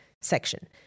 section